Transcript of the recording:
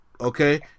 Okay